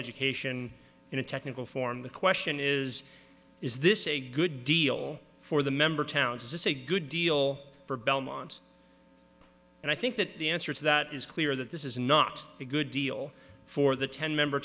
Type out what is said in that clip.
education in a technical form the question is is this a good deal for the member towns is this a good deal for belmont and i think that the answer to that is clear that this is not a good deal for the ten member